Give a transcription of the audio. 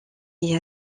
est